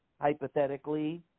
hypothetically